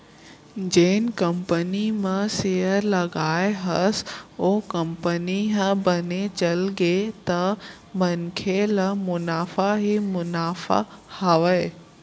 जेन कंपनी म सेयर लगाए हस ओ कंपनी ह बने चढ़गे त मनखे ल मुनाफा ही मुनाफा हावय